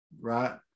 right